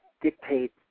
dictate